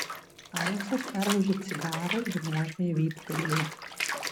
aleksas perlaužė cigarą ir nuožmiai vyptelėjo